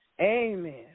Amen